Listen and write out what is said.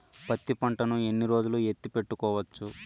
పత్తి పంటను ఎన్ని రోజులు ఎత్తి పెట్టుకోవచ్చు?